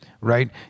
right